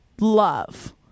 love